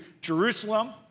Jerusalem